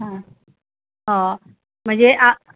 हां हो म्हणजे आ